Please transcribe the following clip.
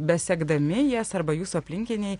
besekdami jas arba jūsų aplinkiniai